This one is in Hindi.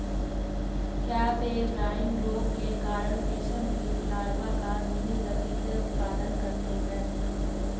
क्या पेब्राइन रोग के कारण रेशम कीट लार्वा का धीमी गति से उत्पादन करते हैं?